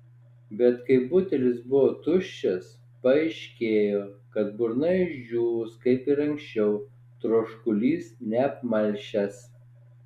bet kai butelis buvo tuščias paaiškėjo kad burna išdžiūvus kaip ir anksčiau troškulys neapmalšęs